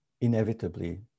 inevitably